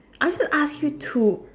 I'm gonna to ask you two